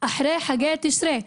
אחרי חגי תשרי.